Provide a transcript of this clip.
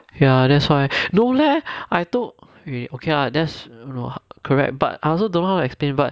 ya that's why no leh I thought okay ah there's no correct but I also don't know how explain but